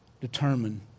determine